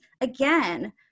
again